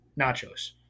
nachos